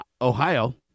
Ohio